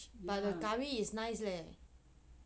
the curry is nice leh